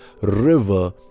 river